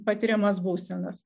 patiriamas būsenas